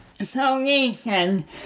solution